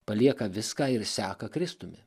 palieka viską ir seka kristumi